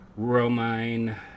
romine